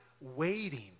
waiting